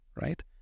right